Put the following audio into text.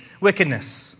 wickedness